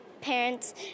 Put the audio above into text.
parents